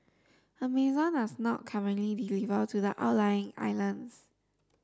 Amazon does not currently deliver to the outlying islands